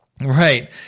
Right